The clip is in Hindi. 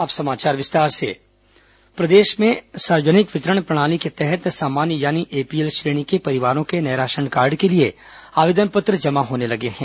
अब समाचार विस्तार से राशन कार्ड प्रदेश में सार्वजनिक वितरण प्रणाली के तहत सामान्य यानी एपीएल श्रेणी के परिवारों के नये राशनकार्ड के लिए आवेदन पत्र जमा होने लगे हैं